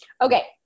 okay